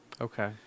Okay